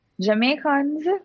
Jamaicans